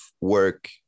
work